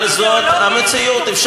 כשיש ריק אידיאולוגי, אבל זאת המציאות.